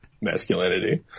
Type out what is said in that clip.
masculinity